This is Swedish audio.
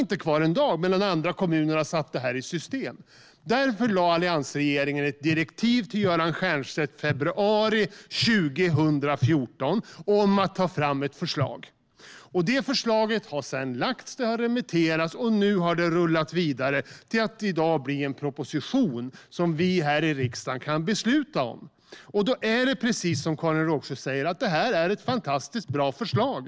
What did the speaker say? Andra kommuner har däremot satt detta i system. Därför skrev alliansregeringen ett direktiv till Göran Stiernstedt i februari 2014 om att ta fram ett förslag. Detta förslag har sedan lagts fram och remitterats. Nu har det rullat vidare till att bli en proposition som vi här i riksdagen i dag kan besluta om. Det är precis som Karin Rågsjö säger: Det här är ett fantastiskt bra förslag!